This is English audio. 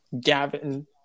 Gavin